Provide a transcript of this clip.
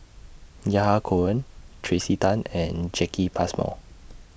Yahya Cohen Tracey Tan and Jacki Passmore